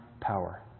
power